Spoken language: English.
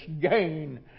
gain